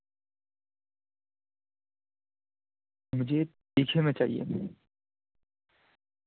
مجھے تیکھے میں چاہیے